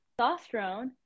testosterone